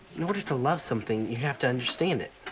in order to love something you have to understand it.